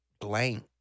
blank